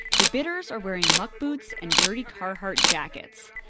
the bidders are wearing muck boots and dirty carhartt jackets.